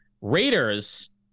Raiders